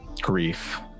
grief